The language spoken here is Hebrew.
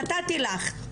נתתי לך.